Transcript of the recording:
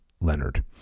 Leonard